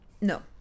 No